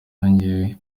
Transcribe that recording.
yongeye